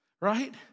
right